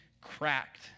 cracked